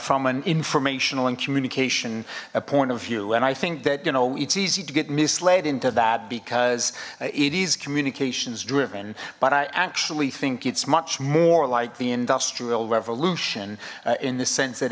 from an informational and communication a point of view and i think that you know it's easy to get misled into that because it is communications driven but i actually think it's much more like the industrial revolution in the sense that